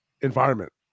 environment